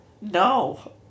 No